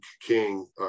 King